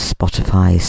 Spotify